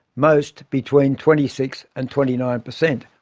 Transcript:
most between twenty six and twenty nine per cent,